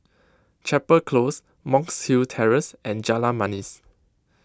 Chapel Close Monk's Hill Terrace and Jalan Manis